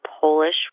Polish